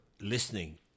listening